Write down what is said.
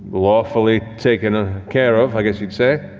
lawfully taken ah care of, i guess you'd say.